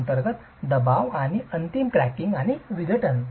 अंतर्गत दबाव आणि अंतिम क्रॅकिंग आणि विघटन